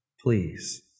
please